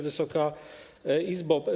Wysoka Izbo!